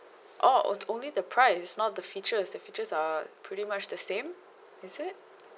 oh it's only the price not the features the features are pretty much the same is it